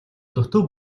дутуу